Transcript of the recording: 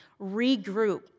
regroup